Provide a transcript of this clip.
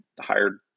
hired